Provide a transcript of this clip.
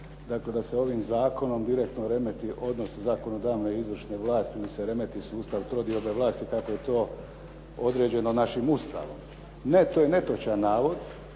dakle "da se ovim zakonom direktno remeti odnos zakonodavne i izvršne vlasti, da se remeti sustav trodiobe vlasti kako je to određeno našim Ustavom." Ne, to je netočan navod.